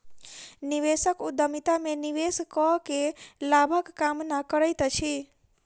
निवेशक उद्यमिता में निवेश कअ के लाभक कामना करैत अछि